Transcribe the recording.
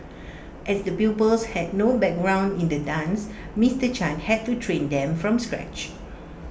as the pupils had no background in the dance Mister chan had to train them from scratch